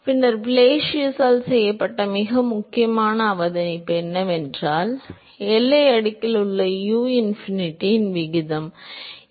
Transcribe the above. பின்னர் ப்ளேசியஸால் செய்யப்பட்ட மிக முக்கியமான அவதானிப்பு என்னவென்றால் எல்லை அடுக்கில் உள்ள u இன்ஃபினிட்டியின் விகிதம் சரி